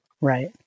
right